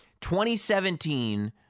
2017